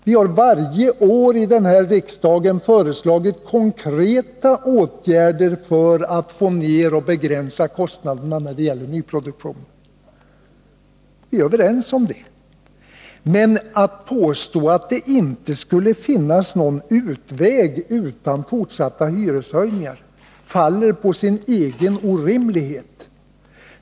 Vi har varje år i riksdagen föreslagit konkreta åtgärder för att begränsa kostnaderna för nyproduktionen. Men att påstå att det inte skulle finnas någon väg ut ur fortsatta hyreshöjningar faller på sin egen orimlighet.